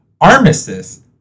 Armistice